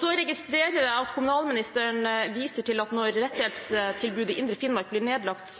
Så registrerer jeg at kommunalministeren viser til at når rettshjelpstilbudet i Indre Finnmark blir nedlagt,